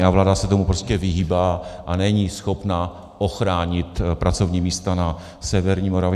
A vláda se tomu prostě vyhýbá a není schopna ochránit pracovní místa na severní Moravě.